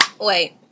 Wait